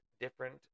different